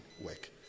work